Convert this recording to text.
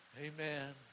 amen